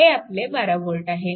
हे आपले 12V आहे